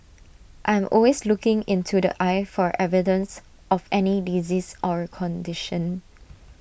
I am always looking into the eye for evidence of any disease or condition